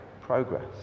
progress